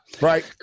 right